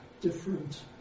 different